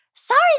Sorry